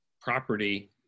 property